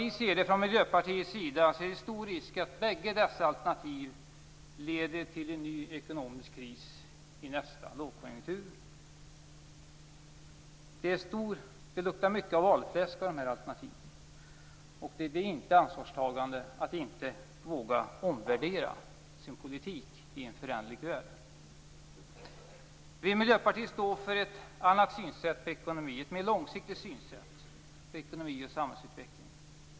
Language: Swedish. Vi i Miljöpartiet anser att det är stor risk för att bägge dessa alternativ leder till en ny ekonomisk kris i nästa lågkonjunktur. Det luktar mycket valfläsk om de här alternativen. Det är inte att ta sitt ansvar att inte våga omvärdera sin politik i en föränderlig värld. Vi i Miljöpartiet står för ett annat synsätt på ekonomin. Vi har ett mer långsiktigt synsätt på ekonomi och samhällsutveckling.